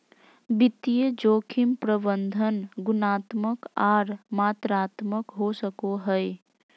वित्तीय जोखिम प्रबंधन गुणात्मक आर मात्रात्मक हो सको हय